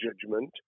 judgment